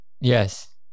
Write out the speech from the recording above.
Yes